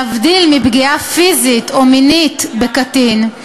להבדיל מפגיעה פיזית או מינית בקטין,